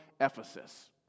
Ephesus